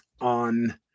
on